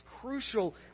crucial